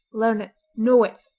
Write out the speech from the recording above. learn it, know it,